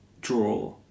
draw